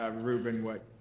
um ruben, what,